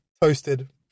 toasted